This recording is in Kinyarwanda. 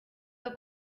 kuri